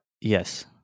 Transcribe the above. Yes